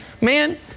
man